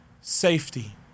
safety